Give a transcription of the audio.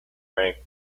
rank